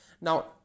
now